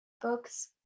Books